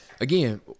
Again